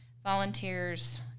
volunteers